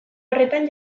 horretan